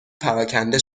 پراکنده